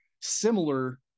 similar